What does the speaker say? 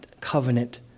Covenant